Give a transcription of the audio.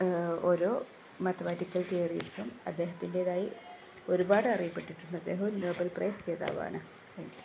ഓരോ മാത്തമാറ്റിക്കൽ തിയറീസും അദ്ദേഹത്തിൻ്റേതായി ഒരുപാട് അറിയപ്പെട്ടിട്ടുണ്ട് അദ്ദേഹവും ഒരു നോബൽ പ്രൈസ് ജേതാവാണ് താങ്ക് യൂ